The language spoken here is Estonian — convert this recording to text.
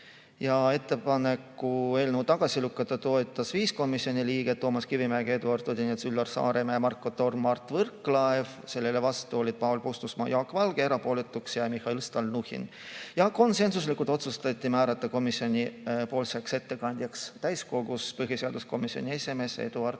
Ettepanekut eelnõu tagasi lükata toetas 5 komisjoni liiget: Toomas Kivimägi, Eduard Odinets, Üllar Saaremäe, Marko Torm, Mart Võrklaev. Sellele vastu olid Paul Puustusmaa ja Jaak Valge, erapooletuks jäi Mihhail Stalnuhhin. Konsensuslikult otsustati määrata komisjonipoolseks ettekandjaks täiskogus põhiseaduskomisjoni esimees Eduard Odinets.